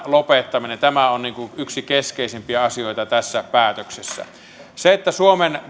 lopettaminen on yksi keskeisimpiä asioita tässä päätöksessä suomen